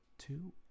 Two